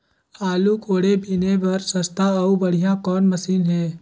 आलू कोड़े बीने बर सस्ता अउ बढ़िया कौन मशीन हे?